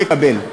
מקבל,